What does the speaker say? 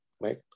right